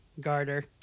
Garter